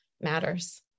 matters